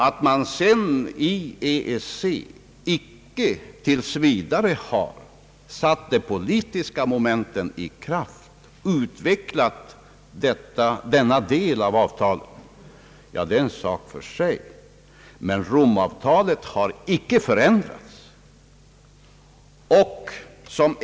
Att man sedan i EEC tills vidare icke har satt de politiska momenten i kraft och utvecklat denna del av avtalet, är en sak för sig, men Romavtalet har icke förändrats.